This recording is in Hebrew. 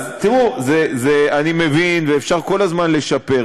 אז תראו, אני מבין, ואפשר כל הזמן לשפר.